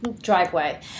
driveway